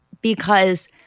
because-